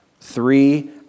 Three